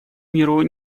миру